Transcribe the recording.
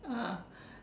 uh